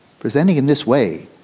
presenting in this way,